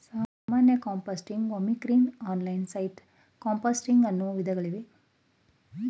ಸಾಮಾನ್ಯ ಕಾಂಪೋಸ್ಟಿಂಗ್, ವರ್ಮಿಕ್, on site composting ಅನ್ನೂ ವಿಧಗಳಿವೆ